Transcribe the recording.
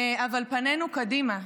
אבל פנינו קדימה,